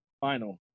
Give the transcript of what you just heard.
final